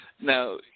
Now